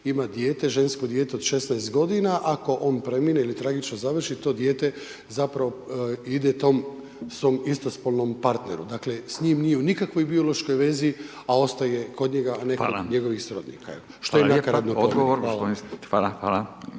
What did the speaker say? žensko dijete od 16 godina, ako on premine ili tragično završi to dijete zapravo ide tom svom istospolnom partneru. Dakle s njim nije u nikakvoj biološkoj vezi a ostaje kod njega a ne kod njegovih srodnika, što je nakaradno .../Govornik